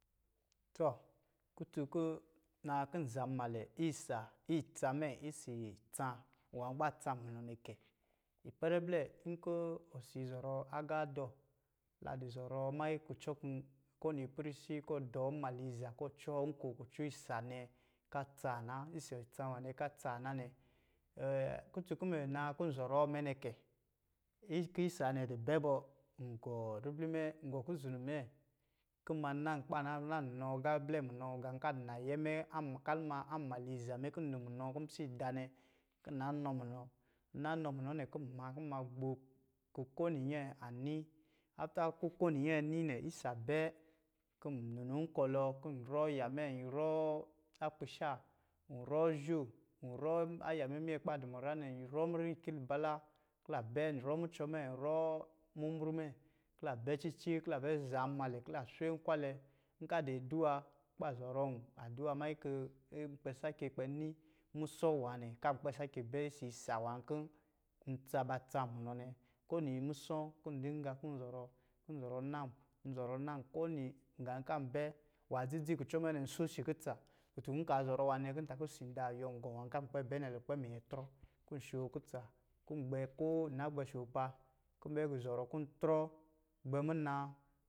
Tɔ, kutun naa kɔ̄ nzamnmalɛ isa itsa mɛ isi tsa nwā kɔ̄ ba tsam munɔ nɛ kɛ. Ipɛrɛ blɛ nkɔ̄ osi zɔrɔ agā dɔ ladɔ̄ zɔrɔ mannyi kucɔ kɔ̄ ko wini ipɛrɛ si kɔ̄ ɔ dɔɔ nmaliza kɔ̄ ɔ cɔɔ nko kucɔ isa nɛ kɔ̄ a tsaa na ɔsɔ̄ tsa nwa nɛ kɔ̄ a tsaa na nɛ kutun kɔ̄ mɛ naa kɔ̄ nzɔrɔ amɛ nɛ kɛ. Nkɔ̄ isa nɛ dɔ̄ bɛ bɔ ngɔ ribli mɛ, ngɔ kuzunu mɛ kɔ̄ n ma nan kɔ̄ ba na nɔ agāblɛ munɔ gā kɔ̄ a dɔ̄ nayɛ mɛ, kalma a nmaliza mɛ kɔ̄ n dɔ munɔ kɔ̄ n pisɛ ida nɛ kɔ̄ nna nɔ munɔ, n na nɔ munɔ nɛ kɔ̄ n ma kɔ̄ n ma gbo, kɔ̄ kowini nnyɛ ani kɔ̄ kowini nnyɛ ani nɛ isabɛ n nunu nkɔlɔ, kɔ̄ nrɔ aya mɛ, nrɔ akpisha, nrɔ azho, nrɔ aya mɛ minyɛn kɔ̄ ba dɔ̄ murā nɛ, nrɔ murā itsi a lubala kɔ̄ la bɛ, nrɔ mucɔ mɛ, nrɔ mumru mɛ, kɔ̄ la bɛ cici kɔ̄ la bɛ za nmalɛ kɔ̄ la swe nkwalɛ nkɔ̄ adi aduwa kɔ̄ ba zɔrom mannyi kɔ̄ n kpɛ sake kpɛ ni musɔ̄ nwa nɛ kɔ̄ an kpɛ sake bɛ ɔsɔ̄. isa nwan kɔ̄ ntsa-ba tsam munɔ nɛ, kowini musɔ kɔ̄ n dinga kɔ̄ n zɔrɔ-nzɔrɔ nan-nzaɔrɔ nan kowini gāi kɔ̄ ambɛ nwan dzidzi kucɔ mɛ nsho si kutsa kutun kɔ̄ n kaa zɔrɔ nwanɛ kɔ̄ ntakɔ̄ si nda yuwɔɔn gɔ nwā kɔ̄ ankpɛ bɛ nɛ lukpɛ a minyɛ trɔ kɔ̄ nshoo kutsa kɔ̄ gbɛ kɔ̄ koo nna gbel shoopa kɔ̄ n bɛgu zɔrɔ kɔ̄ ntrɔ gbɛ muna.